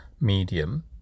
medium